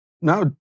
Now